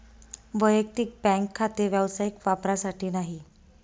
वैयक्तिक बँक खाते व्यावसायिक वापरासाठी नाही